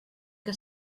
que